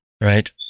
Right